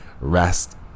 Rest